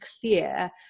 clear